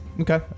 Okay